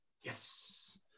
Yes